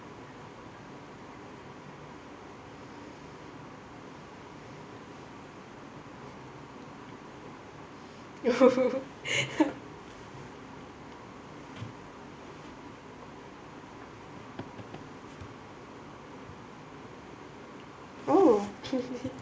oh